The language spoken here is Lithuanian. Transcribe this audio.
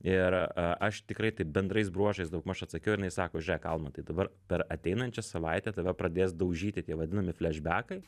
ir aš tikrai taip bendrais bruožais daugmaž atsakiau ir jinai sako žiūrėk almantai dabar per ateinančią savaitę tave pradės daužyti tie vadinami flešbekai